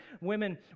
Women